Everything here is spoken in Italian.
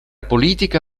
politica